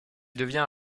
devient